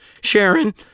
Sharon